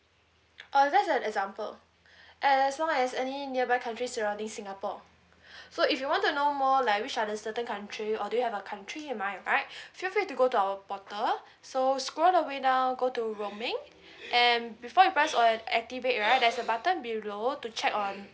uh that's an example as long as any nearby country surrounding singapore so if you want to know more like which are the certain country or do you have a country in mind right feel free to go to our portal so scroll all the way down go to roaming and before you press on activate right there's a button below to check on